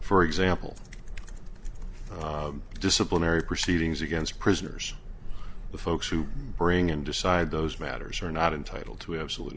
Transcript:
for example disciplinary proceedings against prisoners the folks who bring and decide those matters are not entitled to a